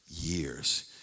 years